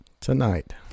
Tonight